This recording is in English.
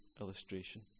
illustration